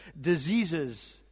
diseases